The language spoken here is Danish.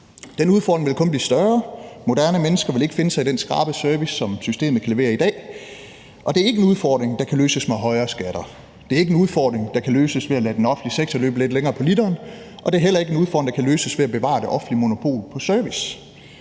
Den udfordring vil kun blive større. Moderne mennesker vil ikke finde sig i den skrabede service, som systemet kan levere i dag. Og det er ikke en udfordring, der kan løses med højere skatter; det er ikke en udfordring, der kan løses ved at lade den offentlige sektor løbe lidt længere på literen; og det er heller ikke en udfordring, der kan løses ved at bevare det offentlige monopol på service.